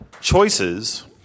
choices